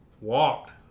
walked